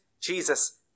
Jesus